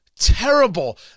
terrible